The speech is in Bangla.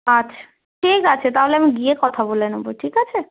আচ্ছা ঠিক আছে তাহলে আমি গিয়ে কথা বলে নেব ঠিক আছে